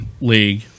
league